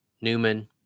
Newman